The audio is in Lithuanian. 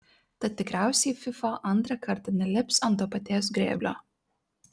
tad tikriausiai fifa antrą kartą nelips ant to paties grėblio